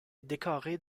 décorée